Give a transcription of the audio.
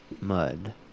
mud